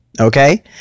Okay